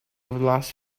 last